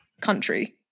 Country